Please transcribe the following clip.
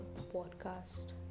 podcast